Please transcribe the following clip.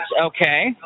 Okay